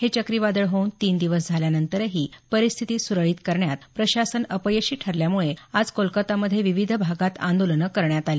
हे चक्रीवादळ होऊन तीन दिवस झाल्यानंतरही परिस्थिती सुरळित करण्यात प्रशासन अपयशी ठरल्यामुळे आज कोलकातामधे विविध भागांत आंदोलनं करण्यात आली